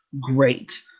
great